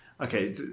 Okay